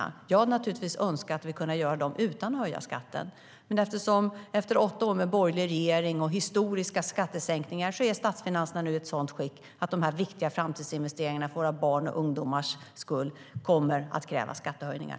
Jag skulle naturligtvis ha önskat att vi hade kunnat göra dem utan att höja skatten, men efter åtta år med borgerlig regering och historiska skattesänkningar är statsfinanserna nu i ett sådant skick att de viktiga framtidsinvesteringarna för våra barns och ungdomars skull kommer att kräva skattehöjningar.